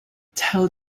tell